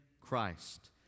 Christ